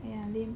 ya then